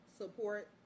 support